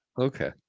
okay